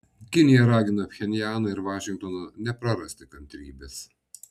kinija ragina pchenjaną ir vašingtoną neprarasti kantrybės